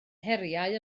heriau